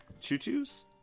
choo-choo's